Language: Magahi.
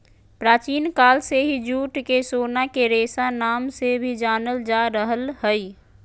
प्राचीन काल से ही जूट के सोना के रेशा नाम से भी जानल जा रहल हय